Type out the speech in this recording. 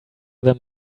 them